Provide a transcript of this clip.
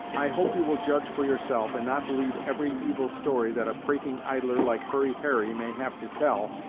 i hope you will judge for yourself, and not believe every evil story that a prating idler like hurry harry may have to tell,